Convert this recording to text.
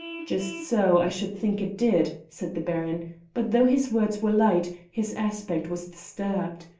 just so, i should think it did, said the baron but though his words were light, his aspect was disturbed.